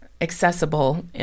accessible